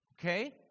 Okay